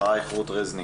אחריה רות רזניק.